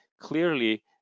clearly